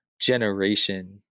generation